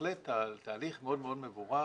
בהחלט תהליך מאוד מאוד מבורך,